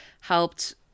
helped